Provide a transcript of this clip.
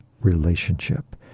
relationship